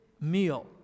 meal